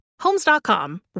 Homes.com